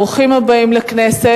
ברוכים הבאים לכנסת.